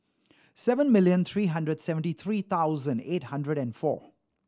seven million three hundred seventy three thousand eight hundred and four